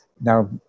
Now